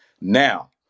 now